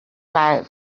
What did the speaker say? about